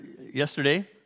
yesterday